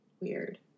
Weird